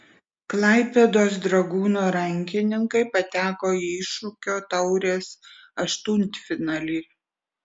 klaipėdos dragūno rankininkai pateko į iššūkio taurės aštuntfinalį